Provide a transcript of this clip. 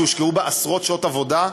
שהושקעו בה עשרות שעות עבודה,